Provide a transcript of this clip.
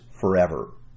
forever